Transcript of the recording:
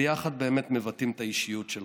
ביחד באמת מבטאים את האישיות שלך.